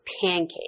pancake